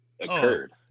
occurred